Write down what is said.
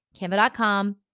Canva.com